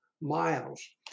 miles